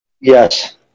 Yes